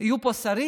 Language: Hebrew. יהיו שרים.